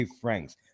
franks